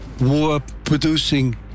war-producing